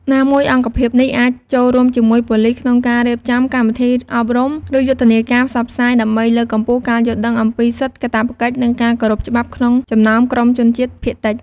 ណាមួយអង្គភាពនេះអាចចូលរួមជាមួយប៉ូលិសក្នុងការរៀបចំកម្មវិធីអប់រំ ឬយុទ្ធនាការផ្សព្វផ្សាយ ដើម្បីលើកកម្ពស់ការយល់ដឹងអំពីសិទ្ធិ កាតព្វកិច្ច និងការគោរពច្បាប់ក្នុងចំណោមក្រុមជនជាតិភាគតិច។